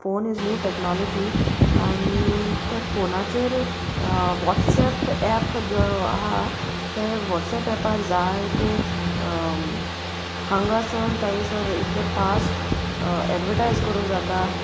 phone is new technology आनी त्या फोनाचेर वॉट्सऍप एप जो आहा ते वॉट्सऍप एपार जाय ते हांगासून थंयसर इतले फास्ट एडवटायज करूं जाता